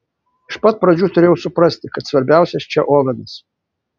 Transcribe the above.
iš pat pradžių turėjau suprasti kad svarbiausias čia ovenas